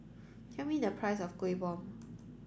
tell me the price of Kuih Bom